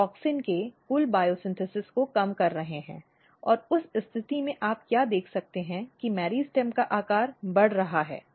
आप ऑक्सिन के कुल जैव संश्लेषण को कम कर रहे हैं और उस स्थिति में आप क्या देख सकते हैं कि मेरिस्टेम का आकार बढ़ रहा है